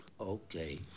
okay